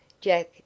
Jack